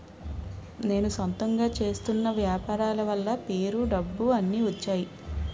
నేను సొంతంగా చేస్తున్న వ్యాపారాల వల్ల పేరు డబ్బు అన్ని వచ్చేయి